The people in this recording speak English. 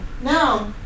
No